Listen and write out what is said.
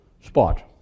spot